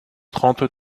trente